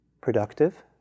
Productive